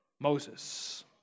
Moses